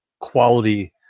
quality